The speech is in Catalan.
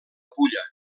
pulla